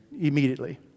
immediately